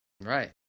Right